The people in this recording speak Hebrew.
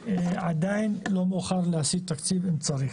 עדיין לא מאוחר להשיג תקציב, אם צריך.